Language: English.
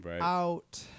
out